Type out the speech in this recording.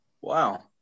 Wow